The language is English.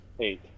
Eight